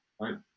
right